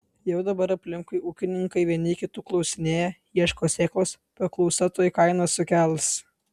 jau dabar aplinkui ūkininkai vieni kitų klausinėja ieško sėklos paklausa tuoj kainas sukels